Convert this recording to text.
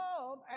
love